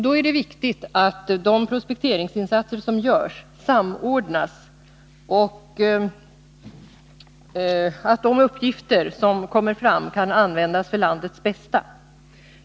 Då är det viktigt att de prospekteringsinsatser som görs samordnas och att de uppgifter som kommer fram kan användas för landets bästa.